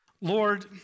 Lord